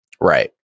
Right